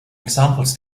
examples